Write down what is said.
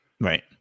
Right